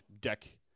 deck